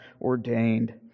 ordained